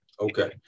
Okay